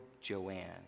Joanne